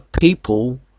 people